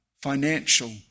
financial